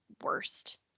worst